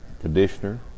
conditioner